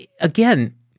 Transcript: again